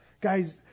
Guys